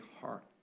heart